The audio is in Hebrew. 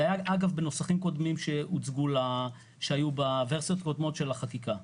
זה היה אגב בנוסחים קודמים שהיו בוורסיות הקודמות של החקיקה.